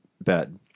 bed